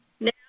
Now